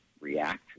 react